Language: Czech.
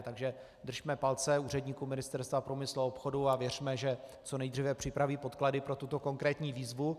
Takže držme palce úředníkům Ministerstva průmyslu a obchodu a věřme, že co nejdříve připraví podklady pro tuto konkrétní výzvu.